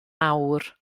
awr